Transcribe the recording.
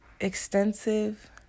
extensive